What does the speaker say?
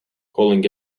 calling